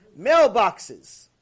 Mailboxes